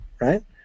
right